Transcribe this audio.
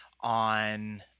on